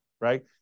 right